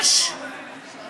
תקשיבו, אני